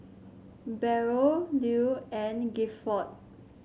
Beryl Lew and Gifford